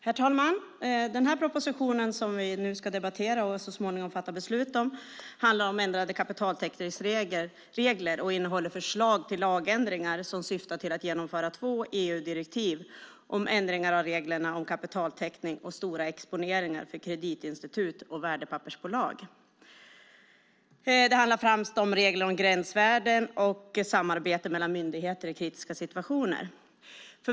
Herr talman! Den proposition som vi nu ska debattera och så småningom fatta beslut om handlar om ändrade kapitaltäckningsregler och innehåller förslag till lagändringar som syftar till att genomföra två EU-direktiv om ändringar av reglerna om kapitaltäckning och stora exponeringar för kreditinstitut och värdepappersbolag. Det handlar främst om regler om gränsvärden och samarbete mellan myndigheter i kritiska situationer.